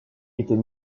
était